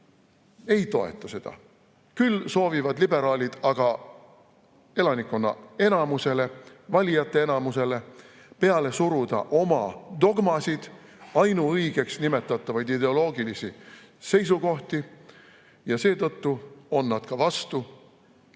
ei toeta seda. Küll soovivad liberaalid aga elanikkonna enamusele, valijate enamusele peale suruda oma dogmasid, ainuõigeks nimetatavaid ideoloogilisi seisukohti. Ja seetõttu on nad ka vastu